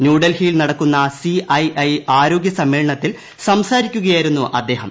ന്യൂഡൽഹിയിൽ നടക്കുന്ന C I I ആരോഗ്യ സമ്മേളനത്തിൽ സംസാരിക്കുകയായിരുന്നു അദ്ദേഹം